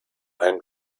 einem